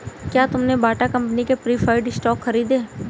क्या तुमने Bata company के प्रिफर्ड स्टॉक खरीदे?